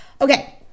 Okay